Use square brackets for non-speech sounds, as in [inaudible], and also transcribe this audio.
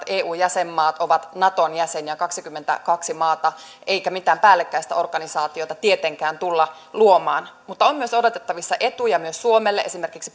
[unintelligible] eu jäsenmaat ovat naton jäseniä kaksikymmentäkaksi maata eikä mitään päällekkäistä organisaatiota tietenkään tulla luomaan mutta on myös odotettavissa etuja myös suomelle esimerkiksi [unintelligible]